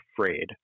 afraid